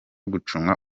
gucunga